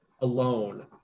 alone